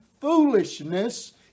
foolishness